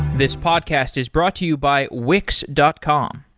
this podcast is brought to you by wix dot com.